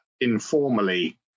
informally